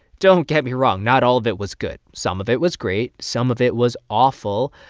don't get me wrong not all of it was good. some of it was great. some of it was awful.